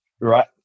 right